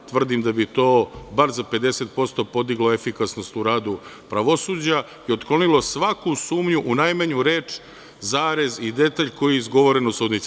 Tvrdim da bi to bar za 50% podiglo efikasnost u radu pravosuđa i otklonilo svaku sumnju u najmanju reč, zarez i detalj koji je izgovoren u sudnici.